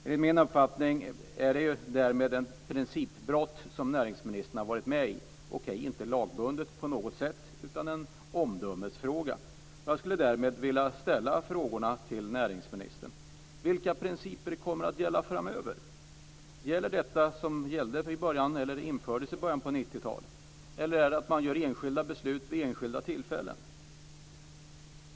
Enligt min uppfattning är det därför ett principbrott som näringsministern har medverkat i - inte lagbundet, utan en omdömesfråga. Jag skulle därmed vilja ställa följande frågor till näringsministern. Vilka principer kommer att gälla framöver? Gäller de som infördes i början av 1990-talet, eller är det fråga om enskilda beslut vid enskilda tillfällen?